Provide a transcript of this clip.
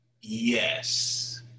Yes